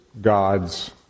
God's